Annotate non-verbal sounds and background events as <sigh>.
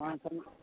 <unintelligible>